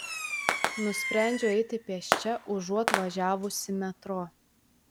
nusprendžiu eiti pėsčia užuot važiavusi metro